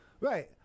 Right